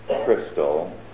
Crystal